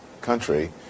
country